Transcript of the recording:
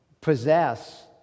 possess